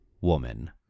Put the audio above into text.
woman